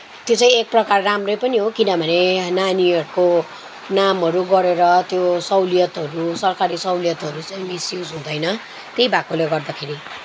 त्यो चाहिँ एकप्रकार राम्रै पनि हो किनभने नानीहरूको नामहरू गरेर त्यो सहुलियतहरू सरकारी सहुलियतहरू चाहिँ मिसयुज हुँदैन त्यही भएकोले गर्दाखेरि